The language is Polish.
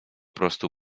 prostu